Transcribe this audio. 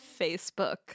Facebook